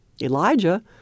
Elijah